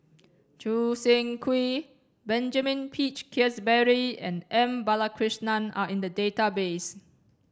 Choo Seng Quee Benjamin Peach Keasberry and M Balakrishnan are in the database